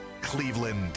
cleveland